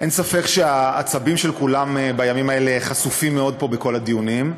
אין ספק שהעצבים של כולם בימים האלה חשופים מאוד פה בכל הדיונים,